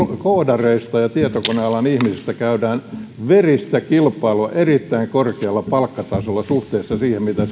koodareista ja tietokonealan ihmisistä käydään veristä kilpailua erittäin korkealla palkkatasolla suhteessa siihen mitä